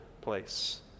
place